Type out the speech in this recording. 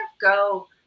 go